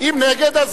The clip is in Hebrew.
אם נגד,